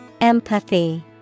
Empathy